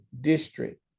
district